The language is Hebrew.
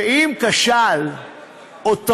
שאם כשל אותו